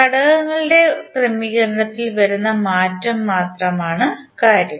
ഘടകങ്ങളുടെ ക്രമീകരണത്തിൽ വരുന്ന മാറ്റം മാത്രമാണ് കാര്യം